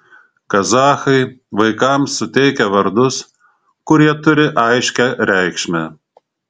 kazachai vaikams suteikia vardus kurie turi aiškią reikšmę